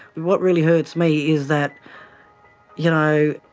what really hurts me is that you know,